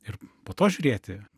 ir po to žiūrėti